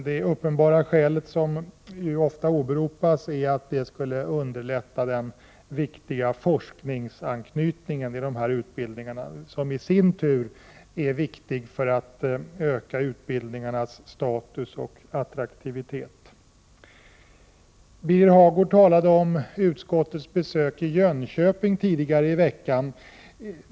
Det uppenbara skäl som ofta åberopas är att det skulle underlätta den viktiga forskningsanknytningen i dessa utbildningar, som i sin tur är viktig för att öka utbildningarnas status och attraktivitet. Birger Hagård talade om utskottets besök i Jönköping tidigare i veckan.